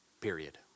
Period